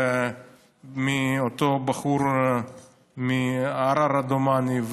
ועל אותו בחור מערערה, דומני.